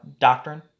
doctrine